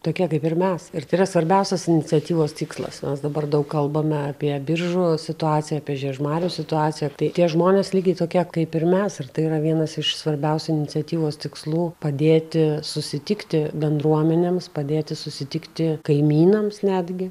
tokie kaip ir mes ir tai yra svarbiausias iniciatyvos tikslas mes dabar daug kalbame apie biržų situaciją apie žiežmarių situaciją tai tie žmonės lygiai tokie kaip ir mes ir tai yra vienas iš svarbiausių iniciatyvos tikslų padėti susitikti bendruomenėms padėti susitikti kaimynams netgi